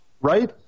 Right